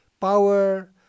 power